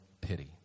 pity